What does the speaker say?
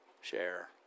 Share